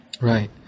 Right